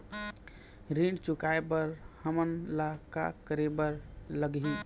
ऋण चुकाए बर हमन ला का करे बर लगही?